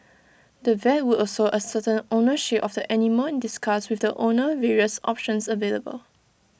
the vet would also ascertain ownership of the animal and discuss with the owner various options available